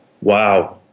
Wow